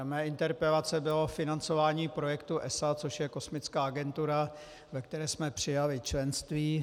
Předmětem mé interpelace bylo financování projektu ESA, což je kosmická agentura, ve které jsme přijali členství.